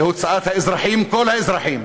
להוצאת האזרחים, כל האזרחים,